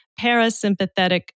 parasympathetic